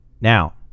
Now